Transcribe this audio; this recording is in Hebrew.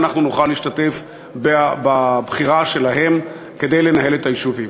ואנחנו נוכל להשתתף בבחירה שלהם כדי לנהל את היישובים.